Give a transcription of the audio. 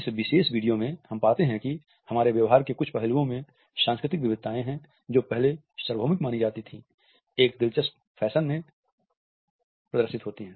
इस विशेष वीडियो में हम पाते हैं कि हमारे व्यवहार के कुछ पहलुओं में सांस्कृतिक विविधताएँ जो पहले सार्वभौमिक मानी जाती थीं एक दिलचस्प फैशन में प्रदर्शित होती हैं